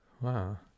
wow